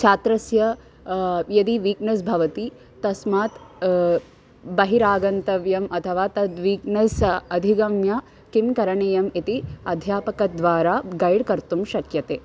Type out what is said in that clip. छात्रस्य यदि वीक्नस् भवति तस्मात् बहिरागन्तव्यम् अथवा तत् वीक्नेस् अधिगम्य किं करणीयम् इति अध्यापकद्वारा गैड् कर्तुं शक्यते